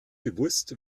bewusst